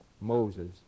Moses